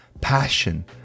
passion